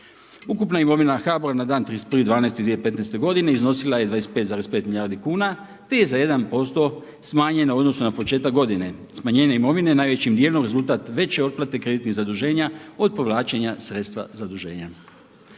Ukupna imovina HBOR-a na dan 31.12.2015. godine iznosila je 25,5 milijardi kuna, te je za jedan posto smanjena u odnosu na početak godine. Smanjenje imovine najvećim dijelom rezultat veće otplate kreditnih zaduženja od povlačenja sredstva zaduženja.